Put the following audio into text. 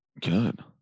Good